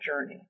journey